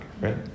right